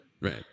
Right